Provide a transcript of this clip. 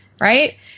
right